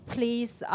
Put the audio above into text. Please